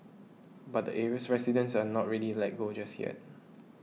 but the area's residents are not ready let go just yet